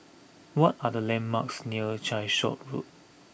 what are the landmarks near Calshot Road